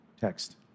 text